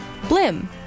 Blim